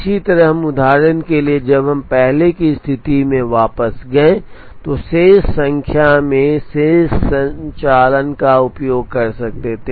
इसी तरह हम उदाहरण के लिए जब हम पहले की स्थिति में वापस गए तो शेष संख्या में शेष संचालन का उपयोग कर सकते थे